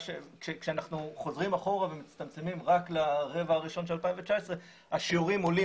כשאנחנו חוזרים אחורה ומצטמצמים רק לרבע הראשון של 2019 השיעורים עולים,